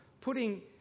putting